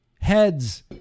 heads